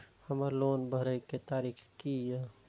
हमर लोन भरय के तारीख की ये?